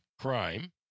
crime